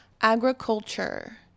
agriculture